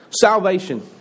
salvation